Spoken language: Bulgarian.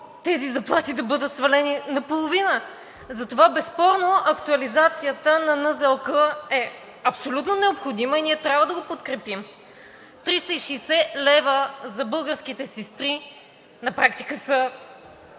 тези заплати да бъдат свалени наполовина. Затова, безспорно, актуализацията на бюджета на НЗОК е абсолютно необходима и ние трябва да я подкрепим. Триста и шестдесет лева за българските сестри на практика са